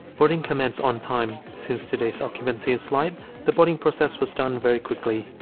boarding commenced on time. since today's occupancy is light the boarding process was done very quickly